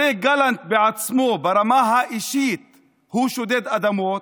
הרי גלנט בעצמו, ברמה האישית, הוא שודד אדמות,